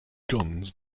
guns